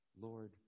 Lord